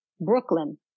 Brooklyn